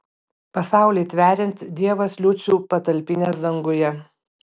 pasaulį tveriant dievas liucių patalpinęs danguje